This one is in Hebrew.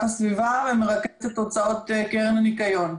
הסביבה ומרכזת את תוצאות קרן הניקיון.